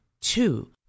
two